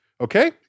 okay